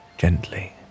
Gently